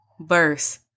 verse